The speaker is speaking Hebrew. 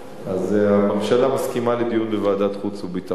הממשלה מסכימה לדיון בוועדת חוץ וביטחון,